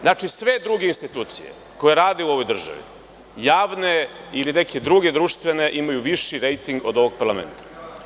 Znači sve druge institucije koje rade u ovoj državi, javne ili neke druge društvene imaju viši rejting od ovog parlamenta.